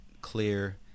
clear